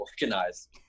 organized